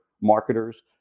marketers